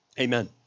amen